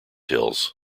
hills